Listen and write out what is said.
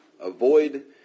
avoid